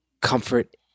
comfort